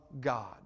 God